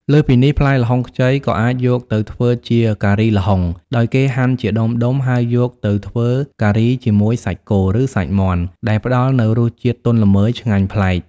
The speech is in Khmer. លើសពីនេះ ផ្លែល្ហុងខ្ចីក៏អាចយកទៅធ្វើជា ការីល្ហុង ដោយគេហាន់ជាដុំៗ ហើយយកទៅធ្វើការីជាមួយសាច់គោ ឬសាច់មាន់ ដែលផ្តល់នូវរសជាតិទន់ល្មើយឆ្ងាញ់ប្លែក។